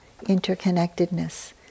interconnectedness